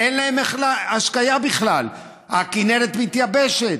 אין להם השקיה בכלל, הכינרת מתייבשת.